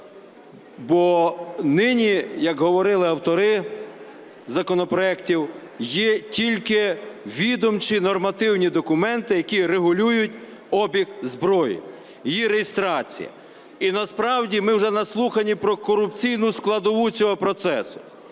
Бо нині, як говорили автори законопроектів, є тільки відомчі нормативні документи, які регулюють обіг зброї, її реєстрацію. І насправді ми вже наслухані про корупційну складову цього процесу,